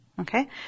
Okay